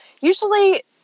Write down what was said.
usually